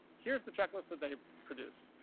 here's the checklist that they produced.